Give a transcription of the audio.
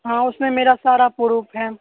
हाँ उसमें मेरा सारा पुरुफ़ है